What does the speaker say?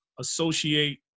associate